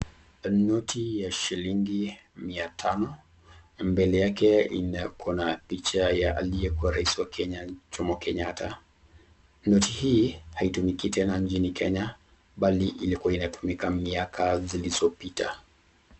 Noti ya shilingi mia tano, mbele yake iko na picha ya aliyekua rais wa Kenya Jomo Kenyatta. Noti hii haitumiki tena nchini Kenya bali ilikua inatumika miaka zilizopita.